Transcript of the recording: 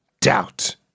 doubt